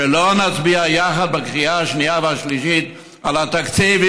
לא נצביע יחד בקריאה השנייה והשלישית על התקציב,